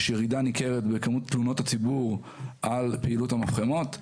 יש ירידה ניכרת בכמות תלונות הציבור על פעילות המפחמות.